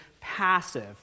passive